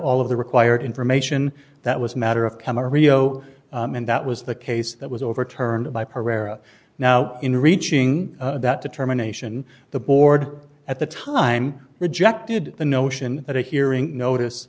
all of the required information that was matter of chemical rio and that was the case that was overturned by pereira now in reaching that determination the board at the time rejected the notion that a hearing notice